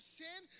sin